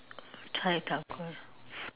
chai-tow-kway